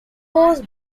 post